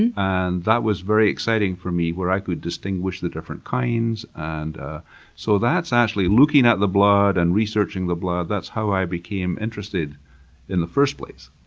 and and that was very exciting for me where i could distinguish the different kinds. and ah so that's actually looking at the blood, and researching the blood, that's how i became interested in the first place.